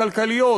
הכלכליות,